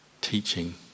teaching